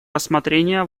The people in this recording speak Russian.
рассмотрение